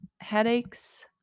headaches